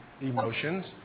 emotions